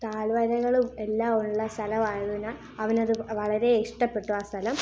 താഴ്വരകളും എല്ലാമുള്ള സ്ഥലമായതിനാൽ അവന് അത് വളരെ ഇഷ്ട്ടപ്പെട്ടു ആ സ്ഥലം